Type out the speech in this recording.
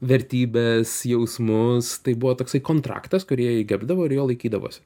vertybes jausmus tai buvo toksai kontraktas kurį jie gerdavo ir jo laikydavosi